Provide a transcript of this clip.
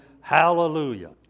hallelujah